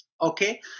Okay